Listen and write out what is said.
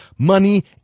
money